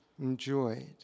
enjoyed